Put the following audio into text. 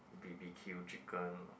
B_B_Q chicken